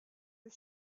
was